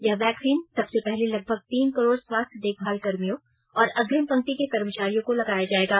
यह वैक्सीन सबसे पहले लगभग तीन करोड़ स्वास्थ्य देखभाल कर्मियों और अग्रिम पंक्ति के कर्मचारियों को लगाया जाएगा